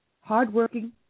hardworking